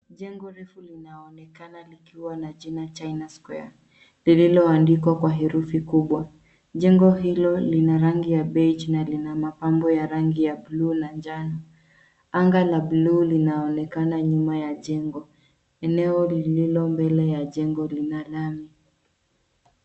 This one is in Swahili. Jengo refu linaonekana likiwa na jina, China Square, liloandikwa kwa herufi kubwa. Jengi hilo lina rangi ya beige na lina mambo ya rangi ya buluu na njano. Anga la buluu linaonekana nyuma ya jengo. Eneo lililo mbele ya jengo lina lami.